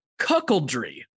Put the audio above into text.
cuckoldry